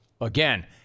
Again